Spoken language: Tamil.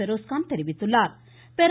பெரோஸ்கான் தெரிவித்துள்ளா்